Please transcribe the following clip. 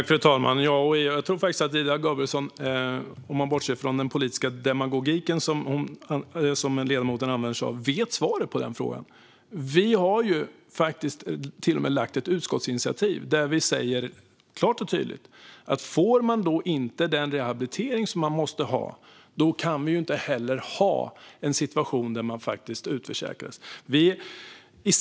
Fru talman! Jag tror faktiskt att Ida Gabrielsson, om man bortser från den politiska demagogi som ledamoten använder sig av, vet svaret på frågan. Vi har till och med lagt fram ett utskottsinitiativ där vi klart och tydligt säger att om man inte får den rehabilitering man måste ha kan vi inte ha en situation där man utförsäkras.